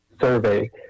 survey